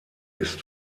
ist